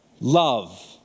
love